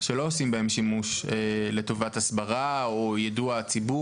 שלא עושים בהם שימוש לטובת הסברה או יידוע הציבור